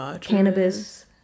cannabis